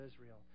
Israel